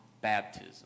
baptism